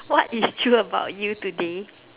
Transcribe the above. what is true about you today